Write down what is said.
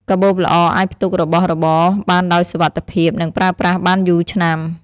កាបូបល្អអាចផ្ទុករបស់របរបានដោយសុវត្ថិភាព និងប្រើប្រាស់បានយូរឆ្នាំ។